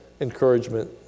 encouragement